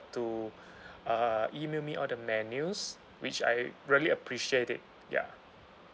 to uh email me all the menus which I really appreciate it ya